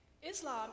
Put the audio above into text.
Islam